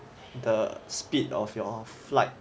the speed of your flight